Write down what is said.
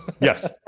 yes